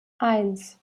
eins